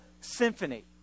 symphony